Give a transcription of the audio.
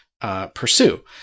pursue